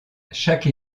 chaque